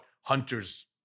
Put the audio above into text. Hunter's